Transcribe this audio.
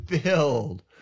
filled